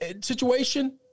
situation